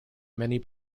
many